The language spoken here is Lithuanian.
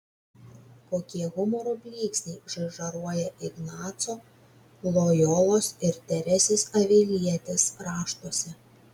kokie humoro blyksniai žaižaruoja ignaco lojolos ir teresės avilietės raštuose